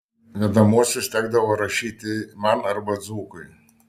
vedamuosius tekdavo rašyti man arba dzūkui